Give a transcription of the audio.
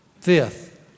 Fifth